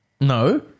no